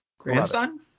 Grandson